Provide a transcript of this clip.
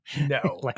no